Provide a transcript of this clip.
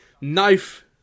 knife